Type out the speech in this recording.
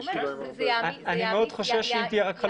הוא אומר שיהיה עליהם עומס.